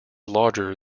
larger